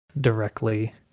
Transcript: directly